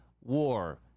war